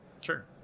Sure